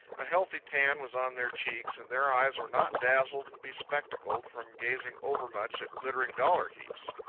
a healthy tan was on their cheeks, and their eyes were not dazzled and bespectacled from gazing overmuch at glittering dollar-heaps.